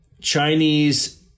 Chinese